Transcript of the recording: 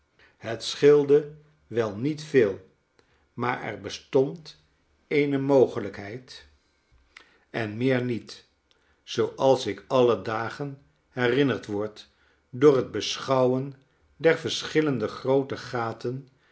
het scheelde wel niet veel maar er bestond eene mogelijkheid en meer niet zooals ik alle dagen herinnerd word door het beschouwen der verschillende groote gaten